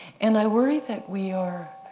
and i worry that we are,